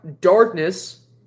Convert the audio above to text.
darkness